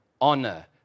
honor